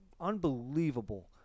unbelievable